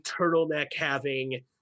turtleneck-having